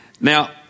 Now